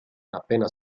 appena